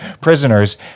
prisoners